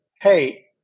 Hey